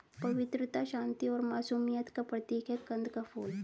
पवित्रता, शांति और मासूमियत का प्रतीक है कंद का फूल